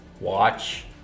watch